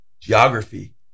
geography